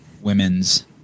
women's